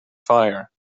fire